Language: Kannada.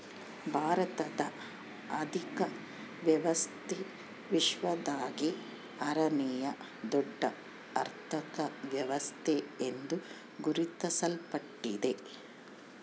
ಭಾರತದ ಆರ್ಥಿಕ ವ್ಯವಸ್ಥೆ ವಿಶ್ವದಾಗೇ ಆರನೇಯಾ ದೊಡ್ಡ ಅರ್ಥಕ ವ್ಯವಸ್ಥೆ ಎಂದು ಗುರುತಿಸಲ್ಪಟ್ಟಿದೆ